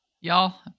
Y'all